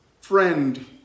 friend